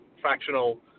fractional